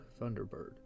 Thunderbird